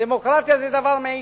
דמוקרטיה זה דבר מעיק.